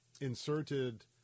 inserted